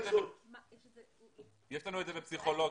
בפסיכולוגיה,